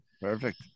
Perfect